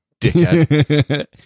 dickhead